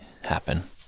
happen